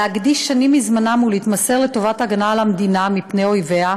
להקדיש שנים מזמנם ולהתמסר להגנה על המדינה מפני אויביה.